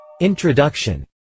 Introduction